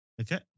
Okay